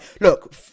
look